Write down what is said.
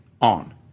on